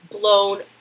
blown